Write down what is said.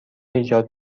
ایجاد